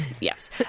yes